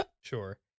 Sure